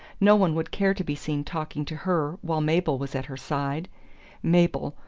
no one would care to be seen talking to her while mabel was at her side mabel,